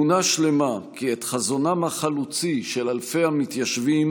באמונה שלמה כי את חזונם החלוצי של אלפי המתיישבים